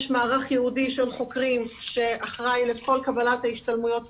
יש מערך ייעודי של חוקרים שאחראי לכל קבלת ההשתלמויות,